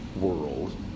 world